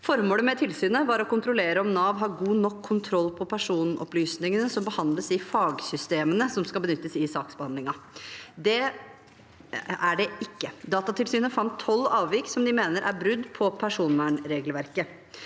Formålet med tilsynet var å kontrollere om Nav har god nok kontroll på personopplysningene som behandles i fagsystemene som benyttes i saksbehandlingen. Det har de ikke. Datatilsynet fant tolv avvik som de mener er brudd på personvernregelverket.